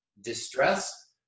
distress